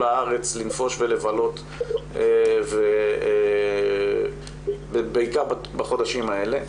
הארץ לנפוש ולבלות ובעיקר בחודשים האלה,